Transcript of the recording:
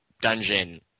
dungeon